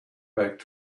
back